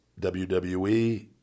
WWE